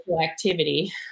activity